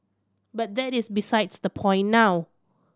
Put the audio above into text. but that is besides the point now